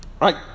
Right